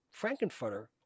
Frankenfutter